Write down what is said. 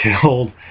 killed